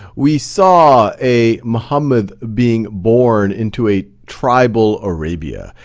we saw a muhammed being born into a tribal arabia.